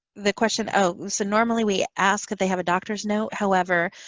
the question oh. so normally we ask if they have a doctor's note. however,